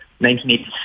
1986